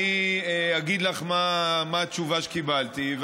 אני אגיד לך מה התשובה שקיבלתי,